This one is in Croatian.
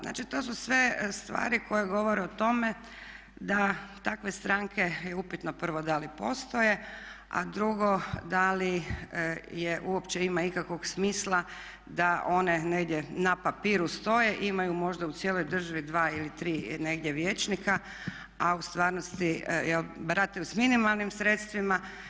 Znači, to su sve stvari koje govore o tome da takve stranke je upitno prvo da li postoje, a drugo da li uopće ima ikakvog smisla da one negdje na papiru stoje, imaju možda u cijeloj državi dva ili tri negdje vijećnika, a u stvarnosti barataju s minimalnim sredstvima.